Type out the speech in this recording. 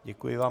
Děkuji vám.